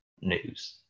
news